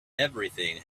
everything